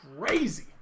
crazy